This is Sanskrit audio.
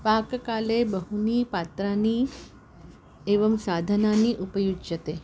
पाककाले बहूनि पात्राणि एवं साधनानि उपयुज्यन्ते